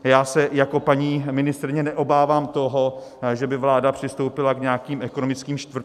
Já se jako paní ministryně neobávám toho, že by vláda přistoupila k nějakým ekonomickým škrtům.